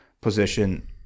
position